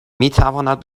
میتواند